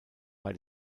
bei